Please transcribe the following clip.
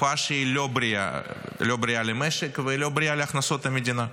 תופעה שהיא לא בריאה למשק ולא בריאה להכנסות המדינה.